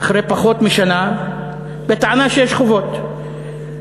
אחרי פחות משנה, בטענה שיש חובות וכשלים.